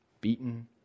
beaten